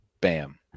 Bam